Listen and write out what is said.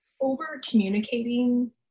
over-communicating